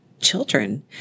children